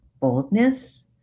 boldness